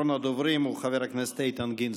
אחרון הדוברים הוא חבר הכנסת איתן גינזבורג.